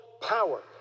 power